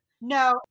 No